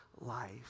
life